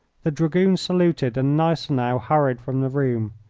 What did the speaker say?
the dragoon saluted and gneisenau hurried from the room.